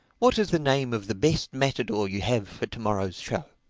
what is the name of the best matador you have for to-morrow's show?